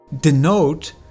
denote